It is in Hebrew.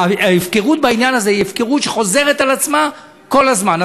ההפקרות בעניין הזה חוזרת על עצמה כל הזמן.